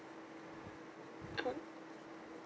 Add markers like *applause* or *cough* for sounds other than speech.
*noise*